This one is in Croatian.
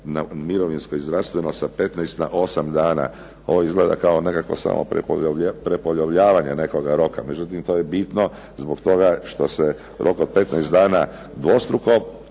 mirovinsko i zdravstveno sa 15 na 8 dana, ovo izgleda samo kao nekakvo prepolovljavanje nekoga roka, međutim, to je bitno što se rok od 15 dana dvostruko